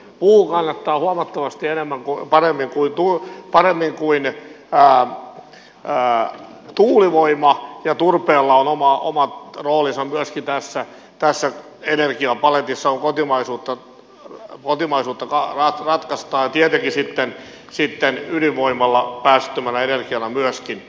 puu kannattaa huomattavasti paremmin kuin tuulivoima ja myöskin turpeella on omat roolinsa myös hitaassa taas on edennyt tässä energiapaletissa kun kotimaisuutta ratkaistaan ja tietenkin sitten ydinvoimalla päästöttömänä energiana myöskin